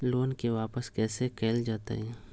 Loan के वापस कैसे कैल जतय?